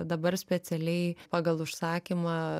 dabar specialiai pagal užsakymą